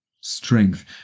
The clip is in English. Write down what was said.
strength